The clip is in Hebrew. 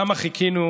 כמה חיכינו,